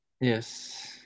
Yes